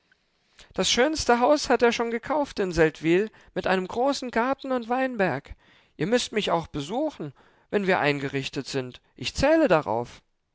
das schönste haus hat er schon gekauft in seldwyl mit einem großen garten und weinberg ihr müßt mich auch besuchen wenn wir eingerichtet sind ich zähle darauf